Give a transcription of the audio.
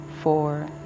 four